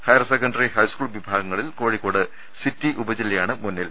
higher secondary high school വിഭാഗങ്ങളിൽ Kozhikode city ഉപജില്ലയാണ് മുന്നിൽ